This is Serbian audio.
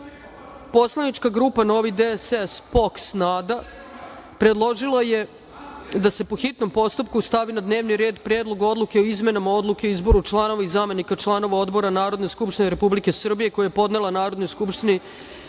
Solidarnost i pravda predložila je da se po hitnom postupku stavi na dnevni red Predlog odluke o izmenama Odluke o izboru članova i zamenika članova odbora Narodne skupštine Republike Srbije, koji je podnela Narodnoj skupštini